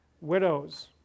widows